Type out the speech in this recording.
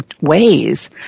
ways